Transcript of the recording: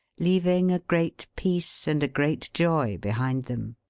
leaving a great peace and a great joy behind them.